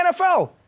NFL